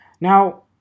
now